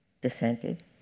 dissented